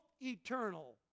eternal